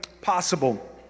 possible